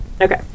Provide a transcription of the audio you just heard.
Okay